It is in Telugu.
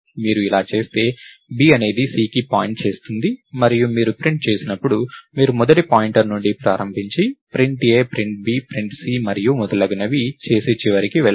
మీరు ఇలా చేస్తే b అనేది c కి పాయింట్ చేస్తుంది మరియు మీరు ప్రింట్ చేసినప్పుడు మీరు మొదటి పాయింటర్ నుండి ప్రారంభించి print a print b print c మరియు మొదలగునవి చేసి చివరకి వెళ్లండి